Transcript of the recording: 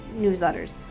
newsletters